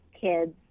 kids